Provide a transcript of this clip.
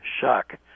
shock